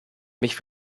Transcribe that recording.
mich